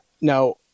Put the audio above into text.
now